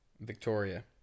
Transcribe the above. Victoria